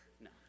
No